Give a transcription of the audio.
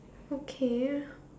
okay